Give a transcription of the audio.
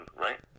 right